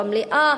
במליאה,